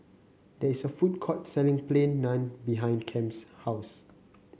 there is a food court selling Plain Naan behind Kem's house